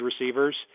receivers